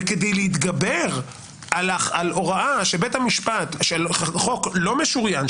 -- וכדי להתגבר על הוראה של חוק לא משוריין,